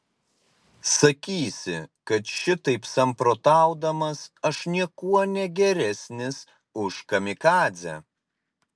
sakysi kad šitaip samprotaudamas aš niekuo negeresnis už kamikadzę